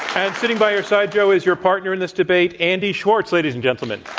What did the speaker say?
and sitting by your side, joe, is your partner in this debate, andy schwarz, ladies and gentlemen.